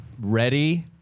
ready